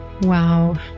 wow